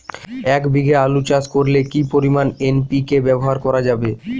এক বিঘে আলু চাষ করলে কি পরিমাণ এন.পি.কে ব্যবহার করা যাবে?